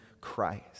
Christ